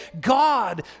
God